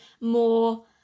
more